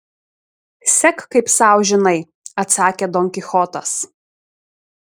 sek kaip sau žinai atsakė don kichotas